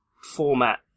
format